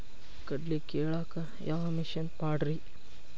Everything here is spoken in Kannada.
ಕಡ್ಲಿ ಕೇಳಾಕ ಯಾವ ಮಿಷನ್ ಪಾಡ್ರಿ?